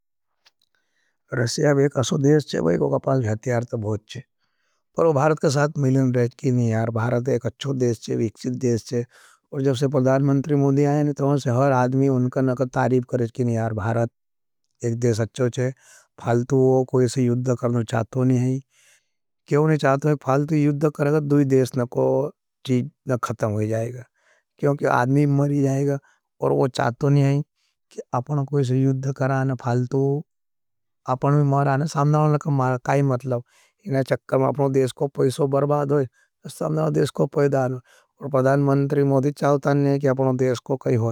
रस्या भी एक अच्छो देश थे, वही कोकापाल भी हत्यारत भोच थे। पर वो भारत के साथ मिलने देज़ की नहीं यार, भारत एक अच्छो देश थे, विक्षिद देश थे। पर जब से परदान मंत्री मोधी आये ने, तो अपने से हर आदमी उनका नका तारीब करेज की नहीं यार, भारत एक देश अच्छो थे, फाल्तू वो कोई से युद्ध करना चाहतो नहीं है। क्योंकि आदमी मरी जाएगा और वो चाहतो नहीं है। कि अपने कोई से युद्ध कराना फाल्तू, अपने में माराना साम्दानों नका मारा, काई मतलब, इन चक्का में अपने देश को पैसो बरबाद होई। साम्दानों देश को पैदानों, पर प्रधानमंत्री मोदी च।